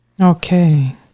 Okay